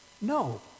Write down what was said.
No